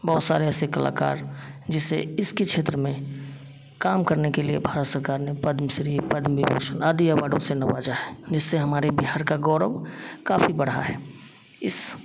बहुत सारे ऐसे कलाकार जिससे इसके क्षेत्र में काम करने के लिए भारत सरकार ने पद्मश्री पद्मविभूषण आदि अवार्डो से नवाजा है जिससे हमारे बिहार का गौरव काफी बड़ा है इस